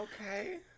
Okay